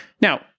Now